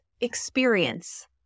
experience